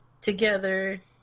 together